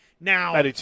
Now